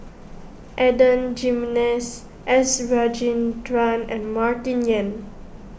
Adan Jimenez S Rajendran and Martin Yan